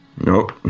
Nope